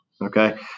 Okay